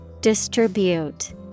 Distribute